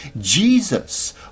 Jesus